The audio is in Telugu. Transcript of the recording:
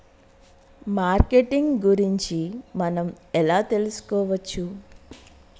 మార్కెటింగ్ గురించి మనం ఎలా తెలుసుకోవచ్చు?